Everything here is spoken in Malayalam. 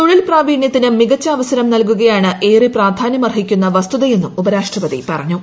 തൊഴിൽ പ്രാവീണ്യത്തിന് മികച്ച അവസരം നൽകുകയാണ് ഏറെ പ്രാധാനൃമർഹിക്കുന്ന വസ്തുതയെന്നും ഉപരാഷ്ട്രപതി പറഞ്ഞു